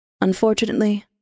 Unfortunately